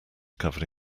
covered